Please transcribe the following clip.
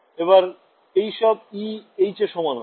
এবার এই সব e h এর সমান হবে